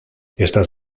estas